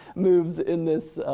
moves in this,